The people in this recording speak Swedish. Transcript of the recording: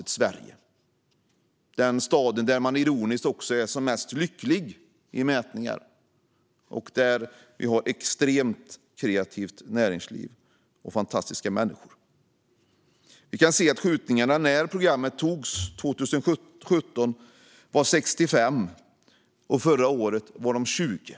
Mätningar visar att i denna stad är man, ironiskt nog, mest lycklig, och här finns ett extremt kreativt näringsliv och fantastiska människor. När programmet antogs 2017 hade Malmö 65 skjutningar. Förra året var de 20.